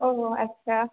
ও আচ্ছা